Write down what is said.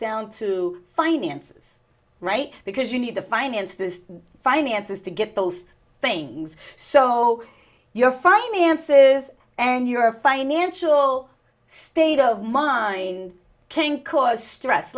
down to finances right because you need to finance the finances to get those things so your finances and your financial state of mind king cause stress